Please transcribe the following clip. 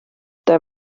der